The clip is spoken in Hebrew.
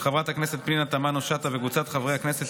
של חברת הכנסת פנינה תמנו וקבוצת חברי הכנסת,